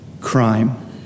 crime